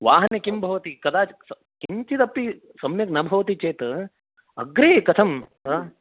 वाहने किं भवति कदाचित् किञ्चदपि सम्यक् न भवति चेत् अग्रे कथं